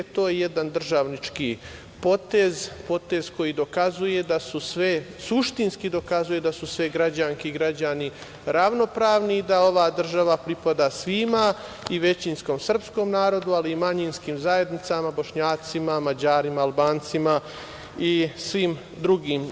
To je jedan državnički potez, potez koji dokazuje da su sve, suštinski dokazuje da su građanke i građani ravnopravni i da ova država pripada svima i većinskom srpskom narodu, ali i manjinskim zajednicama, Bošnjacima, Mađarima, Albancima i svim drugim.